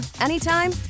anytime